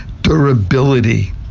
durability